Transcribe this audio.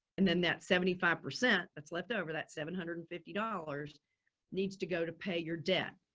and then that seventy five percent that's left over, that seven hundred and fifty dollars needs to go to pay your debt.